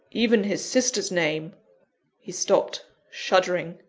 even his sister's name he stopped, shuddering.